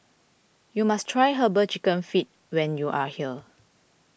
you must try Herbal Chicken Feet when you are here